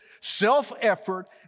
self-effort